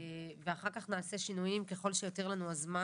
ואחר כך נעשה שינויים ככל שיותיר לנו הזמן